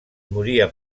moria